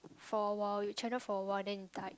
for a while you channel for a while then you type